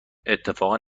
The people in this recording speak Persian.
اتفاقا